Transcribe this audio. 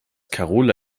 karola